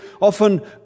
often